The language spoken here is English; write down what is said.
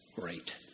Great